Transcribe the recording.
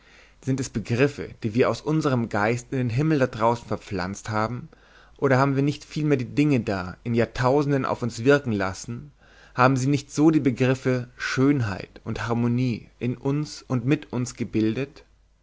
sind es begriffe die wir aus unserem geist in den himmel da draußen verpflanzt haben oder haben wir nicht vielmehr die dinge da in jahrtausenden auf uns wirken lassen haben sie nicht so die begriffe schönheit und harmonie in uns und mit uns gebildet